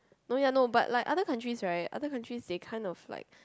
no ya no but like other countries right other countries they kind of like